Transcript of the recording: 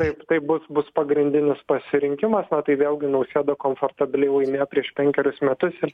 taip tai bus bus pagrindinis pasirinkimas na tai vėlgi nausėda komfortabiliai laimėjo prieš penkerius metus ir